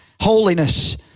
Holiness